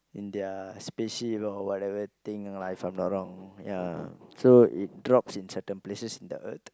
in their spaceship or whatever thing lah If I not wrong so it drop in certain places in the Earth